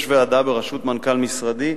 יש ועדה בראשות מנכ"ל משרדי,